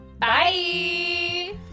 bye